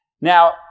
Now